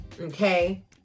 okay